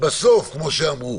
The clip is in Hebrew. בסוף כמו שאמרו.